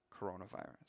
coronavirus